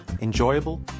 enjoyable